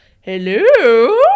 hello